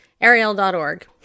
Ariel.org